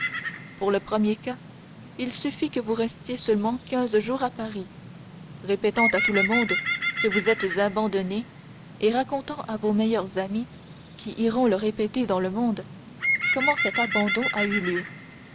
pour le premier cas il suffit que vous restiez seulement quinze jours à paris répétant à tout le monde que vous êtes abandonnée et racontant à vos meilleures amies qui iront le répéter dans le monde comment cet abandon a eu lieu